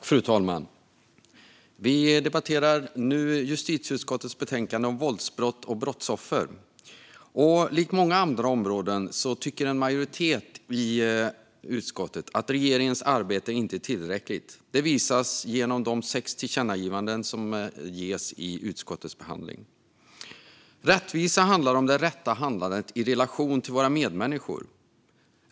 Fru talman! Vi debatterar nu justitieutskottets betänkande om våldsbrott och brottsoffer. Som på många andra områden tycker en majoritet i utskottet att regeringens arbete inte är tillräckligt. Det visas genom de sex tillkännagivanden som ges i utskottets behandling. Rättvisa handlar om det rätta handlandet i relation till våra medmänniskor.